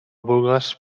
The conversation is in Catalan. vulgues